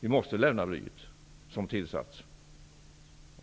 Vi måste lämna blyet som tillsats.